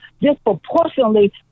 disproportionately